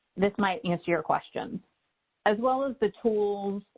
this might answer your question as well as the tools